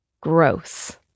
Gross